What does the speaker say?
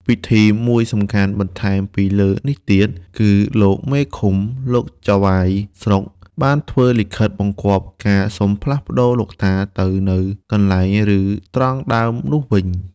វិធីមួយសំខាន់បន្ថែមពីលើនេះទៀត គឺលោកមេឃុំ លោកចៅហ្វាយស្រុក បានធ្វើលិខិតបង្គាប់ការសុំផ្លាស់លោកតាទៅនៅកន្លែង ឬ ត្រង់ដើមនោះវិញ។